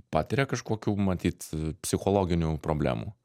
patiria kažkokių matyt a psichologinių problemų